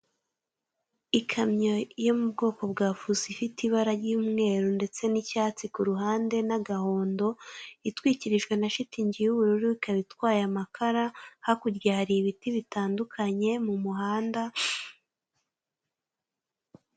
Ikamyo yo mu bwoko bwa fuso ifite ibara ry'umweru ndetse n'icyatsi ku ruhande n'agahondo itwikirijwe na shitingi y'ubururu ikaba itwaye amakara, hakurya hari ibiti bitandukanye mu muhanda.